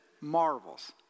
marvels